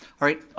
alright,